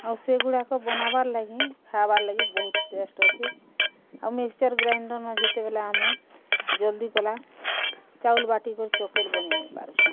ଆଉ ସେ ଗୁଡ଼ାକ ବନାବାର୍ ଲାଗି ଖାଏବାର୍ ଲାଗି ବହୁତ ଟେଷ୍ଟ ଅଛେ ଆଉ ମିକ୍ସଚର୍ ଗ୍ରାଇଣ୍ଡର୍ ନ ଯେତେବେଲେ ଆମେ ଜଲ୍ଦି କଲା ଚାଉଲ୍ ବାଟି କରି ଚକେର୍ ବନେଇ ନେଇ ପାରୁଛନ୍